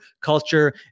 culture